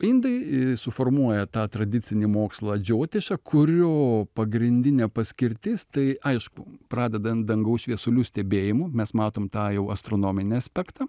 indai suformuoja tą tradicinį mokslą džiotišą kurio pagrindinė paskirtis tai aišku pradedant dangaus šviesulių stebėjimu mes matom tą jau astronominį aspektą